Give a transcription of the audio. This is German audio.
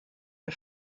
wir